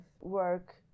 work